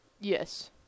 Yes